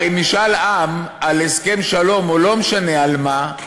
הרי משאל עם על הסכם שלום, או לא משנה על מה,